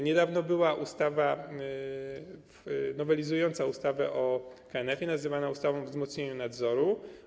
Niedawno była ustawa nowelizująca ustawę o KNF-ie nazywana ustawą o wzmocnieniu nadzoru.